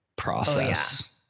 Process